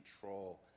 control